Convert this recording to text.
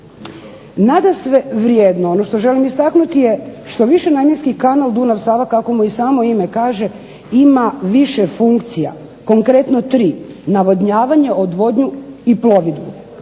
Nadasve vrijedno, ono što želim istaknuti, je što višenamjenski kanal Dunav-Sava kako mu i samo ime kaže ima više funkcija, konkretno tri – navodnjavanje, odvodnju i plovidbu.